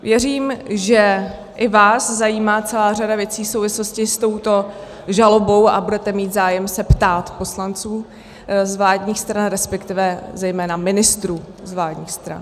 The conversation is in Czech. Věřím, že i vás zajímá celá řada věcí v souvislosti s touto žalobou a budete mít zájem se ptát poslanců z vládních stran, resp. zejména ministrů z vládních stran.